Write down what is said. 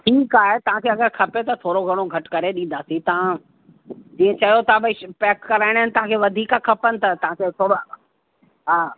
ठीकु आहे तव्हांखे अगरि खपे त थोरो घणो घटि करे ॾींदासीं तव्हां जीअं चयो था भई शि पैक कराइणा आहिनि तव्हांखे वधीक खपेनि त तव्हांखे थोरा हा